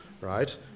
right